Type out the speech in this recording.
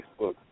Facebook